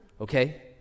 okay